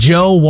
Joe